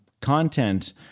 content